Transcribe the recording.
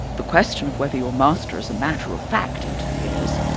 the question of whether your master as a matter of fact interferes,